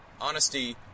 Honesty